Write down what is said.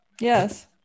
Yes